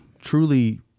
truly